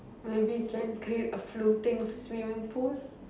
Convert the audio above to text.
maybe we try and create a floating swimming pool